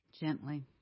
Gently